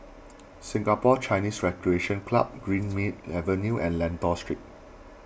Singapore Chinese Recreation Club Greenmead Avenue and Lentor Street